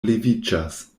leviĝas